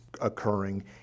occurring